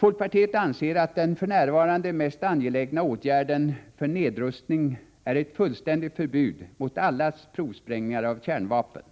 Folkpartiet anser att den för närvarande mest angelägna åtgärden för nedrustning är ett fullständigt förbud mot alla provsprängningar av kärnvapen.